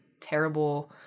terrible